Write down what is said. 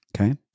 Okay